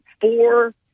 four